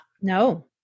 No